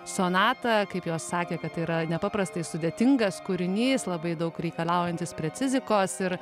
sonatą kaip jos sakė kad tai yra nepaprastai sudėtingas kūrinys labai daug reikalaujantis precizikos ir